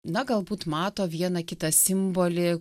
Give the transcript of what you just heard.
na galbūt mato vieną kitą simbolį